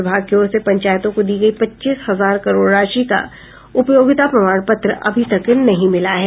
विभाग की ओर से पंचायतों को दी गयी पच्चीस हजार करोड़ राशि का उपयोगिता प्रमाण पत्र अभी तक नहीं मिला है